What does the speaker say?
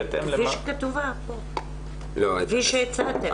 כפי שכתובה פה, כפי שהצעתם.